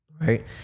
right